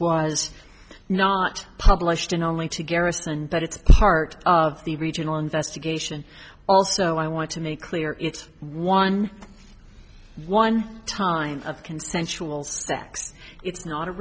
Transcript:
was not published in only to garrison but it's part of the regional investigation also i want to make clear it's one one time of consensual sex it's not a